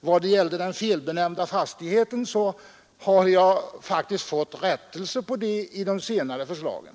När det gäller denna felbenämning har jag Torsdagen den faktiskt fått en rättelse i de senare förslagen.